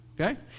Okay